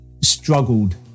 struggled